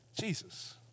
Jesus